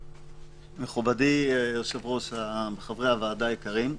מכובדי היושב-ראש, חברי הוועדה היקרים,